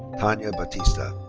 tanya batista.